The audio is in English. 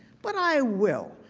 but i will.